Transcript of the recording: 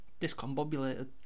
Discombobulated